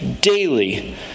daily